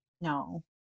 No